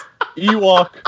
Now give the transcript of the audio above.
Ewok